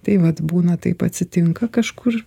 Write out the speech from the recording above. tai vat būna taip atsitinka kažkur